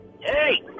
Hey